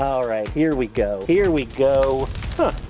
um alright, here we go, here we go huh,